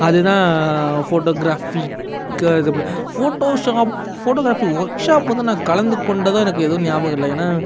அதுதான் photography Photoshop photography workshop வந்து நான் கலந்துக்கொண்டதாக எனக்கு எதுவும் ஞாபகம் இல்லை ஏன்னா